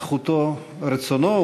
זכותו, רצונו.